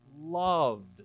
loved